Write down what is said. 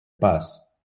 bus